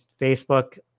facebook